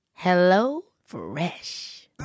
HelloFresh